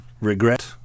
regret